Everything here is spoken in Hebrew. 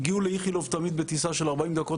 הגיעו באיכילוב בטיסה של ארבעים דקות